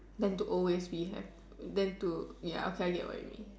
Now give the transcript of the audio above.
than to always be hap than to ya okay I get what you mean